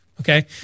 Okay